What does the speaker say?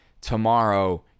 tomorrow